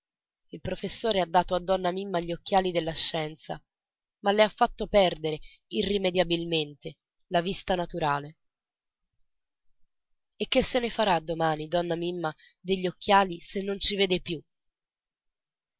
il professore ha dato a donna mimma gli occhiali della scienza ma le ha fatto perdere irrimediabilmente la vista naturale e che se ne farà domani donna mimma degli occhiali se non ci vede più